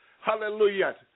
Hallelujah